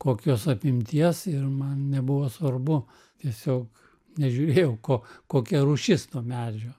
kokios apimties ir man nebuvo svarbu tiesiog nežiūrėjau ko kokia rūšis to medžio